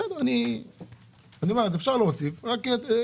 בסדר, אז אני אומר: אפשר להוסיף מצלמות.